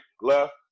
left